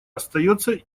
остается